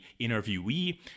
interviewee